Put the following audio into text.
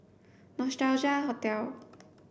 Nostalgia Hotel